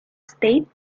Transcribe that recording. state